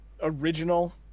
original